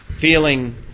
feeling